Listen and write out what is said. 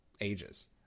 ages